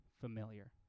familiar